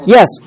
Yes